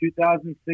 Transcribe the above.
2006